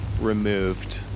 removed